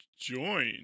Join